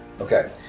Okay